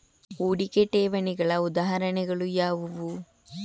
ಹೂಡಿಕೆ ಠೇವಣಿಗಳ ಉದಾಹರಣೆಗಳು ಯಾವುವು?